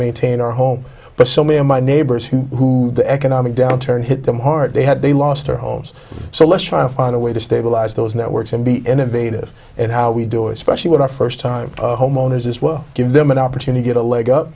maintain our home but so many of my neighbors who the economic downturn hit them hard they had they lost their homes so let's try to find a way to stabilize those networks and be innovative and how we do especially with our first time homeowners as well give them an opportunity at a leg up